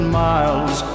miles